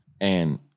And-